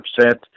upset